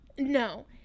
No